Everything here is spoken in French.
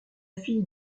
fille